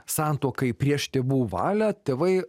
santuokai prieš tėvų valią tėvai